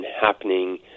happening